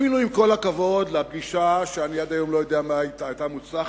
אפילו עם כל הכבוד לפגישה שאני לא יודע עד היום אם היתה מוצלחת